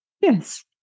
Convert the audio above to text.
Yes